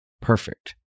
perfect